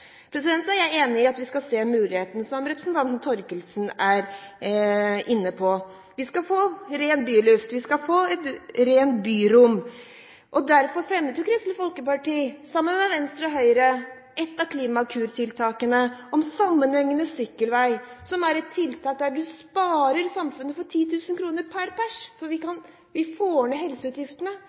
Så er jeg enig i at vi skal se muligheten, som representanten Thorkildsen er inne på. Vi skal få ren byluft, vi skal få et rent byrom, og derfor fremmet jo Kristelig Folkeparti, sammen med Venstre og Høyre, et av Klimakur-tiltakene om sammenhengende sykkelvei. Det er et tiltak som sparer samfunnet for 10 000 kr per person, for vi får ned helseutgiftene!